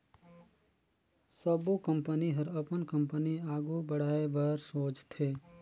सबो कंपनी ह अपन कंपनी आघु बढ़ाए बर सोचथे